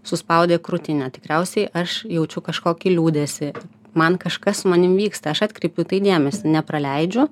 suspaudė krūtinę tikriausiai aš jaučiu kažkokį liūdesį man kažkas su manim vyksta aš atkreipiu į tai dėmesį nepraleidžiu